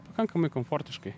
pakankamai komfortiškai